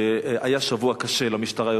שהיה שבוע קשה יותר למשטרה,